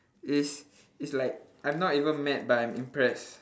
is it's like I'm not even mad but I'm impressed